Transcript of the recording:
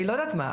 לא יודעת מה,